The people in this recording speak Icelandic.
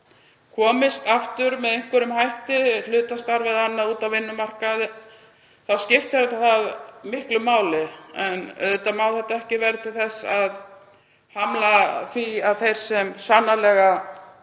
komist aftur með einhverjum hætti, í hlutastarf eða annað, út á vinnumarkaðinn þá skiptir það miklu máli. En auðvitað má þetta ekki verða til þess að hamla því að þeir sem sannarlega